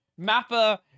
Mappa